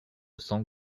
cents